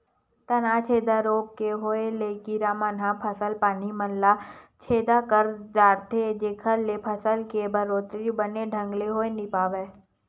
तनाछेदा रोग के होय ले कीरा मन ह फसल पानी मन ल छेदा कर डरथे जेखर ले फसल के बड़होत्तरी बने ढंग ले होय नइ पावय